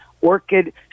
Orchid